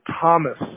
Thomas